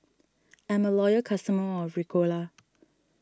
I'm a loyal customer of Ricola